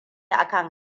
akan